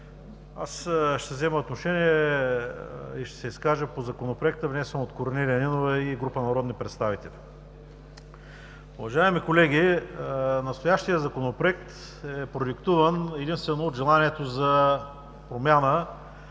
Ще взема отношение и ще се изкажа по Законопроекта, внесен от Корнелия Нинова и група народни представители. Уважаеми колеги, настоящият Законопроект е продиктуван единствено от желанието за промяна